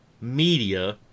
media